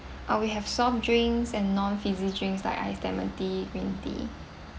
uh we have soft drinks and non-fizzy drinks like iced lemon tea green tea